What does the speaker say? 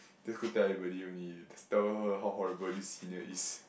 just go tell everybody only just tell her how horrible this senior is